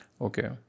Okay